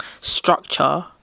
structure